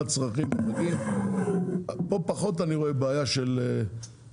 מה הצרכים --- פה פחות אני רואה בעיה של כמויות